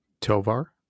Tovar